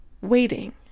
waiting